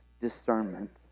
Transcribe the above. discernment